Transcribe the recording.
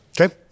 Okay